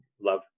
Love